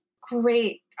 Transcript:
great